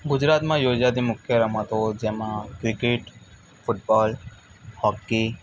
ગુજરાતમાં યોજાતી મુખ્ય રમતો જેમાં ક્રિકેટ ફૂટબોલ હોકી